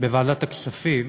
בוועדת הכספים,